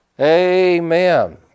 Amen